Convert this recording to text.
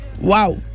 wow